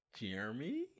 Jeremy